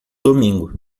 domingo